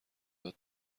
داد